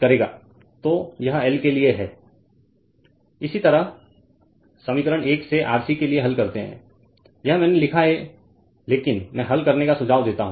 Refer Slide Time 1007 इसी तरह समीकरण 1 से RC के लिए हल करते है यह मैंने लिखा है लेकिन मैं हल करने का सुझाव देता हूं